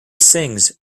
sings